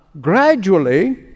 gradually